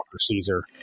Caesar